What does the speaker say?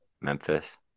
Memphis